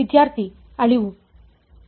ವಿದ್ಯಾರ್ಥಿ ಅಳಿವು